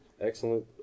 Excellent